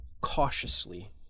cautiously